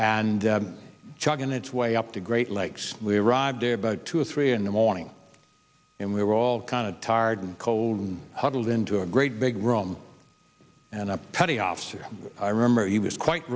and chuck in its way up to great lakes we arrived about two or three in the morning and we were all kind of tired and cold and huddled into a great big room and a petty officer i remember he was quite